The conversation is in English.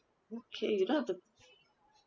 okay you don't have to